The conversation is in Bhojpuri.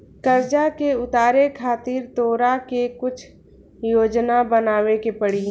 कर्जा के उतारे खातिर तोरा के कुछ योजना बनाबे के पड़ी